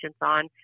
on